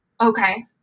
Okay